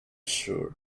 sure